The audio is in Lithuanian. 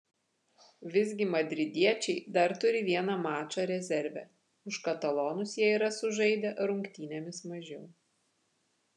visgi madridiečiai dar turi vieną mačą rezerve už katalonus jie yra sužaidę rungtynėmis mažiau